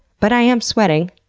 but, i am sweating.